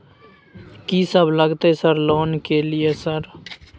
कि सब लगतै सर लोन ले के लिए सर?